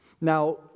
Now